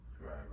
Right